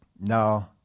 no